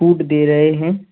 छूट दे रहे हैं